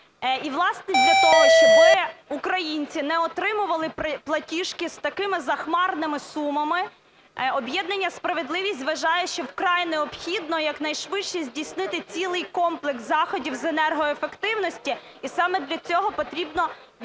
І власне, для того, щоб українці не отримували платіжки з такими захмарними сумами, об'єднання "Справедливість" вважає, що вкрай необхідно якнайшвидше здійснити цілий комплекс заходів з енергоефективності, і саме для цього потрібно відповідно